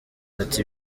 ati